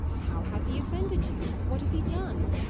how has he offended you? what has he done?